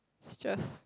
is just